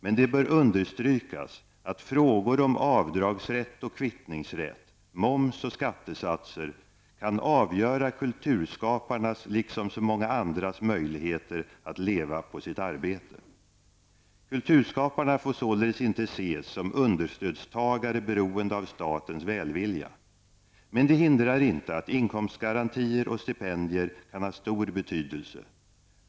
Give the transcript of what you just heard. Men det bör understrykas att frågor om avdragsrätt och kvittningsrätt, moms och skattesatser kan avgöra kulturskaparnas liksom så många andras möjligheter att leva på sitt arbete. Kulturskaparna får således inte ses som understödstagare beroende av statens välvilja. Men det hindrar inte att inkomstgarantier och stipendier kan ha stor betydelse.